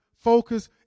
focus